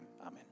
Amen